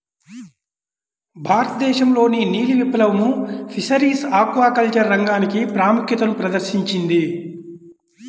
భారతదేశంలోని నీలి విప్లవం ఫిషరీస్ ఆక్వాకల్చర్ రంగానికి ప్రాముఖ్యతను ప్రదర్శించింది